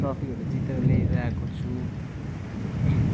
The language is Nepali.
ट्रफीहरू जितेर ल्याएर आएको छु अनि